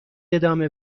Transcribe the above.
ادامه